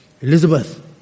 Elizabeth